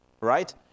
right